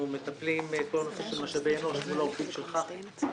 אנחנו מטפלים בכל נושא משאבי אנוש מול העובדים של חח"י,